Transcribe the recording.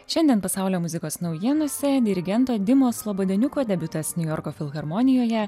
šiandien pasaulio muzikos naujienose dirigento dimos labadieniuko debiutas niujorko filharmonijoje